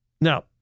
Now